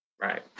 Right